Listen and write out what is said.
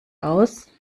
aus